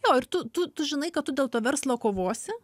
jo ir tu tu tu žinai kad tu dėl to verslo kovosi